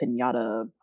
pinata